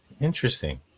interesting